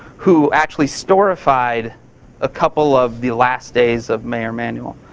who actually storified a couple of the last days of mayor emanuel.